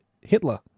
Hitler